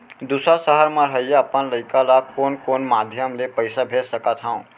दूसर सहर म रहइया अपन लइका ला कोन कोन माधयम ले पइसा भेज सकत हव?